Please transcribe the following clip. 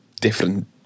different